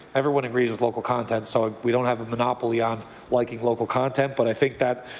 everyone agrees with local content. so ah we don't have a monopoly on liking local content, but i think that,